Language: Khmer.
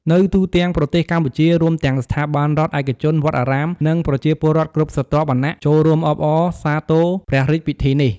នៅទូទាំងប្រទេសកម្ពុជា រួមទាំងស្ថាប័នរដ្ឋ ឯកជន វត្តអារាម និងប្រជាពលរដ្ឋគ្រប់ស្រទាប់វណ្ណៈ ចូលរួមអបអរសាទរព្រះរាជពិធីនេះ។